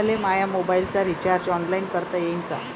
मले माया मोबाईलचा रिचार्ज ऑनलाईन करता येईन का?